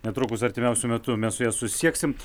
netrukus artimiausiu metu mes su ja susisieksim